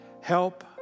help